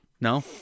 no